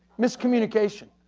miscommunication.